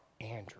Andrew